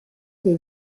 dei